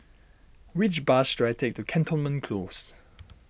which bus should I take to Cantonment Close